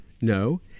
No